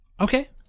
Okay